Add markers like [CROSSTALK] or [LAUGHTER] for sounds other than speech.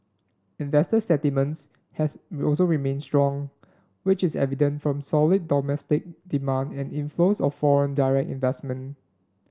investor [UNINTELLIGIBLE] has also remained strong which is evident from solid domestic demand and inflows of foreign direct investment